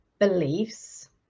beliefs